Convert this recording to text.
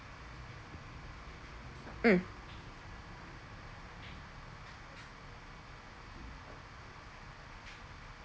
mm